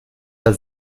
der